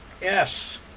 Yes